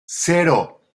cero